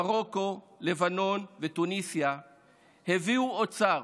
ממרוקו מלבנון ומתוניסיה הביאו אוצר,